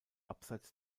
abseits